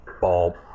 ball